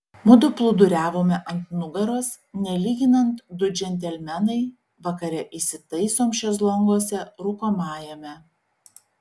mudu plūduriavome ant nugaros nelyginant du džentelmenai vakare įsitaisom šezlonguose rūkomajame